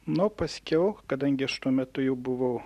nu paskiau kadangi aš tuo metu jau buvau